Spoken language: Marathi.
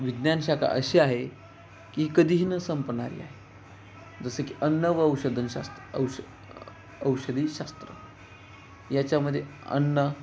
विज्ञान शाखा अशी आहे की कधीही न संपणारी आहे जसं की अन्न व औषधशास्त्र औष औषधीशास्त्र याच्यामध्ये अन्न